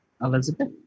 Elizabeth